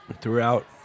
throughout